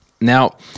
Now